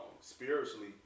spiritually